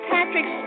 Patrick